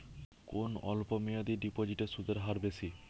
কোন অল্প মেয়াদি ডিপোজিটের সুদের হার বেশি?